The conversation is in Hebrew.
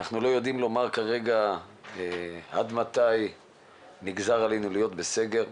אנחנו לא יודעים לומר כרגע עד מתי נגזר עלינו להיות בסגר.